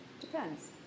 depends